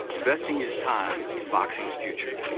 investing his time in boxing's future.